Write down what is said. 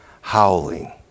howling